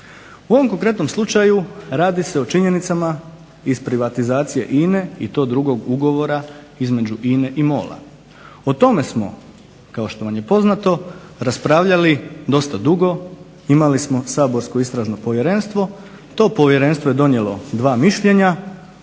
U ovom konkretnom slučaju radi se o činjenicama iz privatizacije INA-e i to drugog ugovora između INA-e i MOL-a. O tome smo kao što vam je poznato raspravljali dosta dugo, imali smo Saborsko istražno povjerenstvo, to Povjerenstvo je donijelo dva mišljenja.